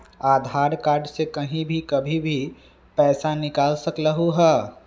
आधार card से कहीं भी कभी पईसा निकाल सकलहु ह?